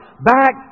back